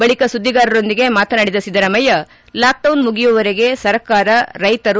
ಬಳಕ ಸುದ್ದಿಗಾರರೊಂದಿಗೆ ಮಾತನಾಡಿದ ಸಿದ್ದರಾಮಯ್ಯ ಲಾಕ್ಡೌನ್ ಮುಗಿಯುವವರೆಗೆ ಸರ್ಕಾರ ರೈತರು